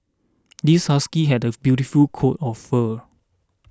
this husky had a beautiful coat of fur